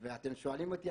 ואתם שואלים אותי,